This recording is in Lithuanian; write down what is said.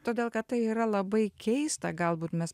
todėl kad tai yra labai keista galbūt mes